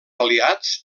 aliats